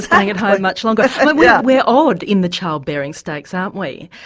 staying at home much longer. so yeah we're odd in the childbearing stakes aren't we?